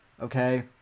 Okay